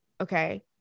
okay